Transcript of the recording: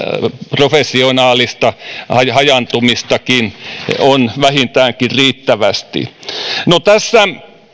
professionaalista hajaantumistakin on vähintäänkin riittävästi no tässä